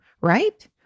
right